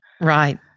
Right